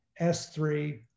S3